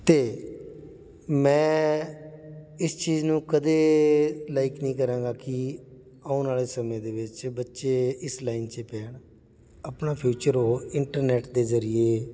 ਅਤੇ ਮੈਂ ਇਸ ਚੀਜ਼ ਨੂੰ ਕਦੇ ਲਾਈਕ ਨਹੀਂ ਕਰਾਂਗਾ ਕਿ ਆਉਣ ਵਾਲੇ ਸਮੇਂ ਦੇ ਵਿੱਚ ਬੱਚੇ ਇਸ ਲਾਈਨ 'ਚ ਪੈਣ ਆਪਣਾ ਫਿਊਚਰ ਉਹ ਇੰਟਰਨੈੱਟ ਦੇ ਜ਼ਰੀਏ